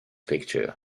pictures